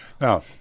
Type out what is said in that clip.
Now